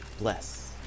Bless